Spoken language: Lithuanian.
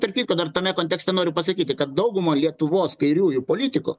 tarp kitko dar tame kontekste noriu pasakyti kad dauguma lietuvos kairiųjų politikų